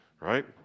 right